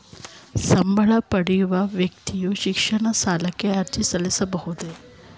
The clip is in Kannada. ಸಂಬಳ ಪಡೆಯುವ ವ್ಯಕ್ತಿಯು ಶಿಕ್ಷಣ ಸಾಲಕ್ಕೆ ಅರ್ಜಿ ಸಲ್ಲಿಸಬಹುದೇ?